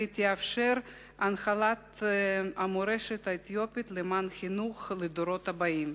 והיא תאפשר את הנחלת המורשת האתיופית למען חינוך הדורות הבאים.